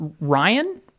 Ryan